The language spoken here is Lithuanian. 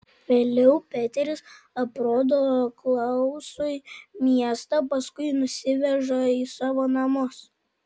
vėliau peteris aprodo klausui miestą paskui nusiveža į savo namus